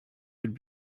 would